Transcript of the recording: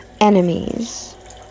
enemies